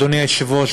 אדוני היושב-ראש,